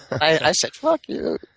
i said, fuck you.